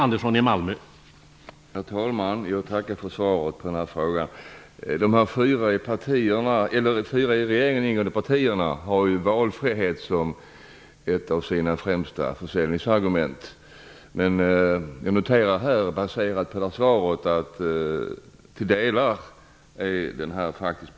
Herr talman! Jag tackar för svaret på min fråga. De fyra i regeringen ingående partierna har ju val frihet som ett av sina främsta ''försäljningsargu ment'', men jag noterar av detta svar att denna till viss del är begränsad.